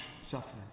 suffering